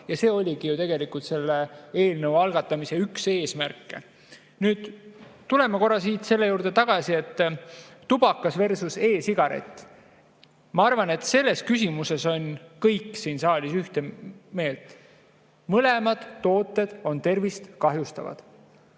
See oligi ju tegelikult üks selle eelnõu algatamise eesmärke. Tulen korra tagasi [võrdluse juurde] tubakasversuse-sigaret. Ma arvan, et selles küsimuses on kõik siin saalis ühte meelt: mõlemad tooted on tervist kahjustavad.